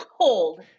cold